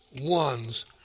ones